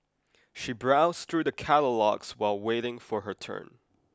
she browsed through the catalogues while waiting for her turn